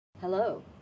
Hello